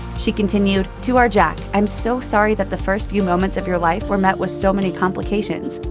she continued, to our jack i'm so sorry that the first few moments of your life were met with so many complications,